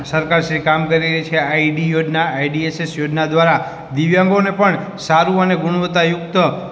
સરકારશ્રી કામ કરી રહી છે આઈ ડી યોજના આઈ ડી એસ એસ યોજના દ્વારા દિવ્યાંગોને પણ સારું અને ગુણાવત્તાયુકત